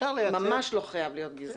ממש חייב להות גזעי.